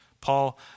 Paul